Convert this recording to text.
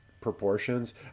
proportions